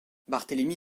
barthélemy